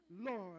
Lord